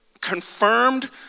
confirmed